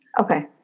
Okay